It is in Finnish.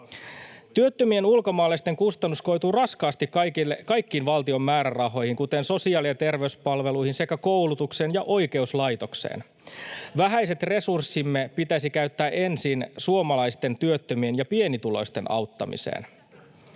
Työttömien ulkomaalaisten kustannus koituu raskaasti kaikkiin valtion määrärahoihin, kuten sosiaali- ja terveyspalveluihin sekä koulutukseen ja oikeuslaitokseen. Vähäiset resurssimme pitäisi käyttää ensin suomalaisten työttömien ja pienituloisten auttamiseen.